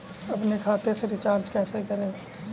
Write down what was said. अपने खाते से रिचार्ज कैसे करें?